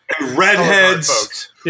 Redheads